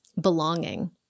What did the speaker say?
belonging